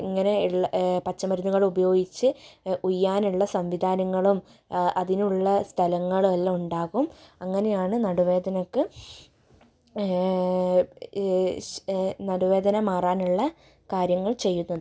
ഇങ്ങനെയുള്ള പച്ചമരുന്നുകൾ ഉപയോഗിച്ച് ഉയ്യാനുള്ള സംവിധാനങ്ങളും അതിനുള്ള സ്ഥലങ്ങളും എല്ലാം ഉണ്ടാകും അങ്ങനെയാണ് നടുവേദനയ്ക്ക് നടുവേദന മാറാനുള്ള കാര്യങ്ങൾ ചെയ്യുന്നത്